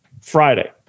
Friday